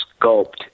sculpt